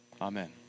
Amen